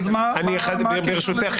מה הקשר לחוקה?